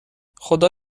خدا